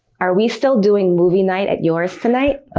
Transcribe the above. are we still doing movie night at yours tonight? ah,